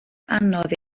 anodd